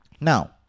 now